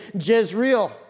Jezreel